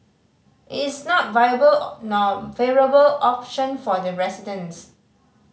it is not viable or nor favourable option for the residents